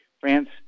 France